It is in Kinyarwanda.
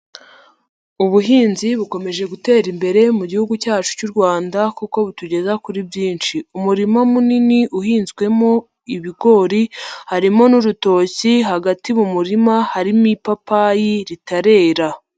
Ubuhinzi bukomeje gutera imbere mu gihugu cyacu cy'u Rwanda kuko butugeza kuri byinshi, umurima munini uhinzwemo ibigori harimo n'urutoki hagati mu murima harimo ipapayi ritarera.